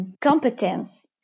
competence